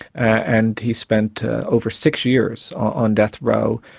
and he spent over six years on death row,